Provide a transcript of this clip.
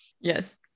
yes